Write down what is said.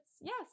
yes